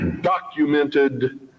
documented